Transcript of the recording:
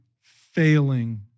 failing